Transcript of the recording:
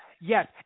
yes